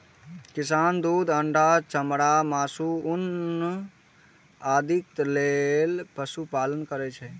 किसान दूध, अंडा, चमड़ा, मासु, ऊन आदिक लेल पशुपालन करै छै